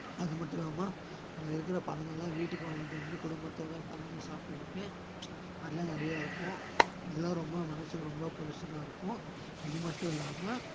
அதுமட்டும் இல்லாமல் அங்கே இருக்கிற பழங்கள்லாம் வீட்டுக்கு வாங்கிட்டு வந்து குடும்பத்தோடு பகிர்ந்து சாப்பிட்டுக்கிட்டு அதெல்லாம் நிறையா இருக்கும் இதெல்லாம் ரொம்ப மனதுக்கு ரொம்ப புதுசுதான் இருக்கும் இது மட்டும் இல்லாமல்